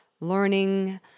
learning